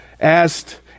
asked